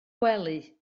gwely